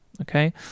okay